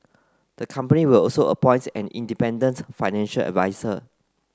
the company will also appoint an independent financial adviser